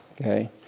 okay